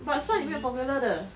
but 算有没有 formula 的